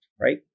right